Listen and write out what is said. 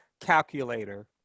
Calculator